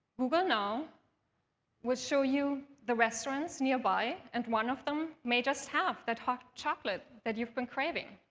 google now will show you the restaurants nearby, and one of them may just have that hot chocolate that you've been craving.